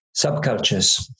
subcultures